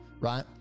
right